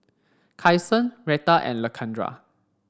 Kyson Retta and Lakendra